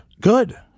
Good